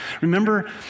Remember